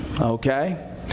Okay